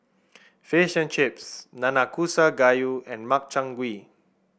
Fish and Chips Nanakusa Gayu and Makchang Gui